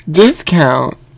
discount